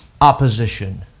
opposition